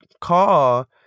call